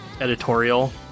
editorial